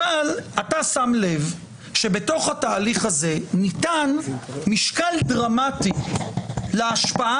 אבל אתה שם לב שבתוך התהליך הזה ניתן משקל דרמטי להשפעה